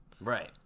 Right